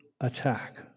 attack